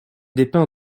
dépeint